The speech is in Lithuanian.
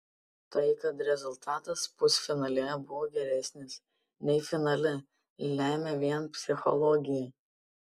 tai kad rezultatas pusfinalyje buvo geresnis nei finale lemia vien psichologija